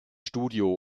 studio